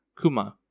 Kuma